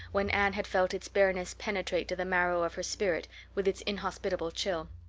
when anne had felt its bareness penetrate to the marrow of her spirit with its inhospitable chill.